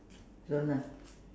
so now